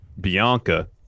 Bianca